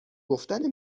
گفتن